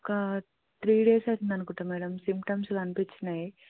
ఒక three days అవుతుంది అనుకుంటాను మ్యాడమ్ సింటమ్స్ కనిపించినాయి